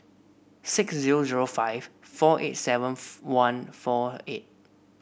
six zero zero five four eight seven one four eight